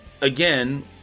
Again